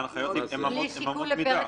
ההנחיות הן אמות מידה.